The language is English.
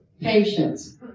patience